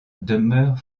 demeure